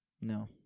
No